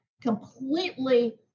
completely